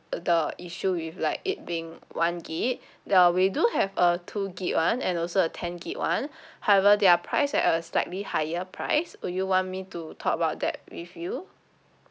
the issue with like it being one gig uh we do have a two gig [one] and also a ten gig [one] however their price at a slightly higher price would you want me to talk about that with you